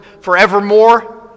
forevermore